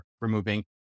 removing